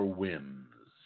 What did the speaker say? whims